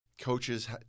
coaches